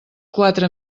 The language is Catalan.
quatre